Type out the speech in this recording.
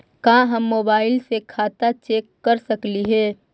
का हम मोबाईल से खाता चेक कर सकली हे?